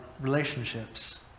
relationships